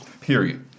period